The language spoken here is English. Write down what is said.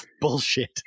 bullshit